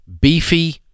beefy